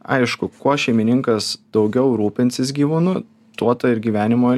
aišku kuo šeimininkas daugiau rūpinsis gyvūnu tuo ta ir gyvenimo